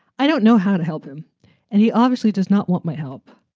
i don't know how to help him and he obviously does not want my help.